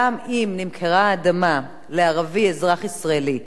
גם אם נמכרה האדמה לערבי אזרח ישראלי,